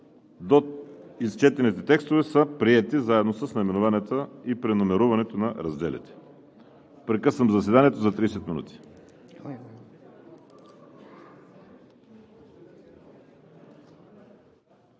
17. Изчетените текстове са приети заедно с наименованията и преномерирането на разделите. Прекъсвам заседанието за 30 минути.